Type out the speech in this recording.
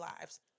lives